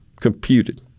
computed